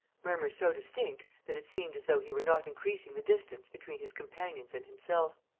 murmur so distinct that it seemed as though he were not increasing the distance between his companions and himself.